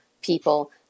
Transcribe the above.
people